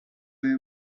way